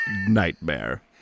nightmare